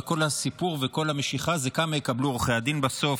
וכל הסיפור וכל המשיכה זה כמה יקבלו עורכי הדין בסוף.